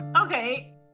okay